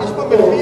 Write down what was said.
יש פה מחיר.